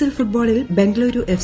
L ഫുട്ബോളിൽ Bengaluru F